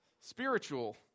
spiritual